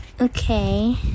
okay